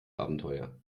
abenteuer